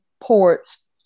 ports